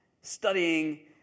Studying